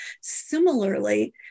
Similarly